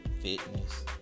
fitness